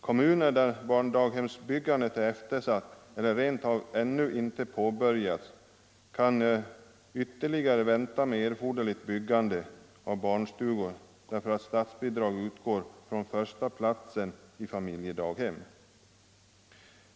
Kommuner där barndaghemsbyggandet är eftersatt eller rent av ännu inte påbörjat kan nu vänta ytterligare med att bygga erforderliga barnstugor, därför att statsbidrag utgår från första platsen i familjedaghem.